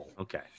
Okay